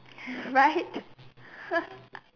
right